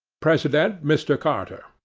president mr. carter.